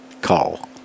call